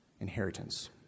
inheritance